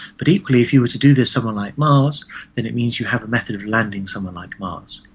but equally, if you were to do this somewhere like mars, then it means you have a method of landing somewhere like mars.